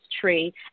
tree